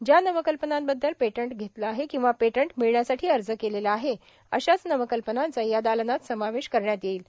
ज्या नवं कल्पनांबद्दल पेटेंट घेतलं आहे किंवा पेटेंट मिळण्यासाठी अर्ज केला आहे अशाच नवं कल्पनांचा या दालनात समावेश करण्यात येईल